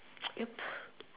yup